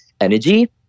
energy